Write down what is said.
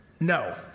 No